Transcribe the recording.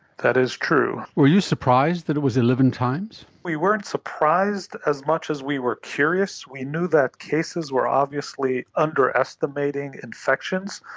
that is true. were you surprised that it was eleven times? we weren't surprised as much as we were curious. we knew that cases were obviously underestimating infections.